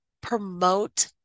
Promote